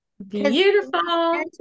beautiful